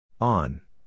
On